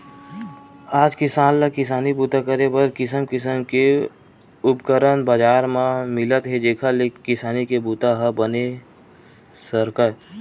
आज किसान ल किसानी बूता करे बर किसम किसम के उपकरन बजार म मिलत हे जेखर ले किसानी के बूता ह बने सरकय